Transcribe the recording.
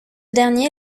dernier